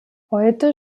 heute